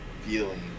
feeling